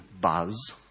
buzz